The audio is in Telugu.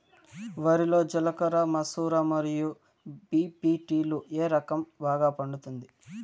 వరి లో జిలకర మసూర మరియు బీ.పీ.టీ లు ఏ రకం బాగా పండుతుంది